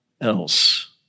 else